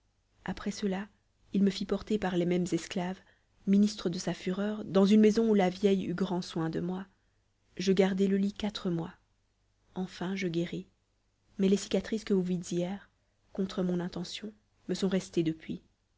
après cela il me fit porter par les mêmes esclaves ministres de sa fureur dans une maison où la vieille eut grand soin de moi je gardai le lit quatre mois enfin je guéris mais les cicatrices que vous vîtes hier contre mon intention me sont restées depuis